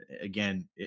Again